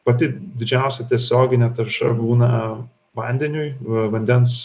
pati didžiausia tiesioginė tarša būna vandeniui vandens